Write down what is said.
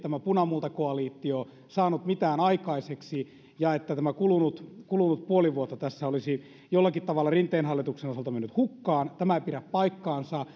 tämä punamultakoalitio ei olisi saanut mitään aikaiseksi ja että tämä kulunut kulunut puoli vuotta tässä olisi jollakin tavalla rinteen hallituksen osalta mennyt hukkaan tämä ei pidä paikkaansa